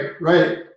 right